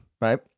right